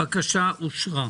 הבקשה אושרה.